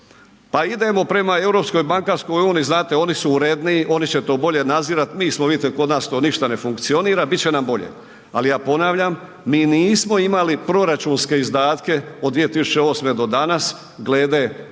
uniji, znati oni su uredniji, oni će to bolje nadzirat, mi smo vidite kod nas to ništa ne funkcionira bit će nam bolje. Ali ja ponavljam, mi nismo imali proračunske izdatke od 2008. do danas glede